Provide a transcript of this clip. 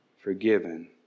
forgiven